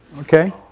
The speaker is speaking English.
Okay